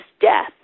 death